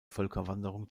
völkerwanderung